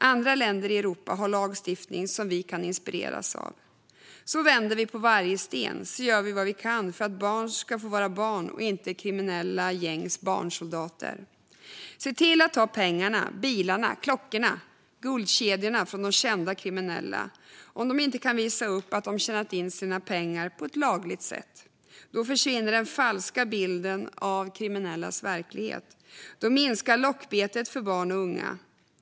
Andra länder i Europa har lagstiftning som vi kan inspireras av. Så vänder vi på varje sten och gör vad vi kan för att barn ska få vara barn och inte kriminella gängs barnsoldater. Se till att ta pengarna, bilarna, klockorna och guldkedjorna från de kända kriminella om de inte kan visa upp att de har tjänat in sina pengar på ett lagligt sätt. Då försvinner den falska bilden av kriminellas verklighet. Då minskar lockbetet för barn och unga.